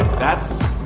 that's